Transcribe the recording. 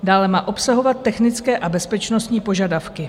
Dále má obsahovat technické a bezpečnostní požadavky.